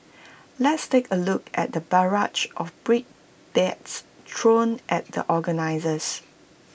let's take A look at the barrage of brickbats thrown at the organisers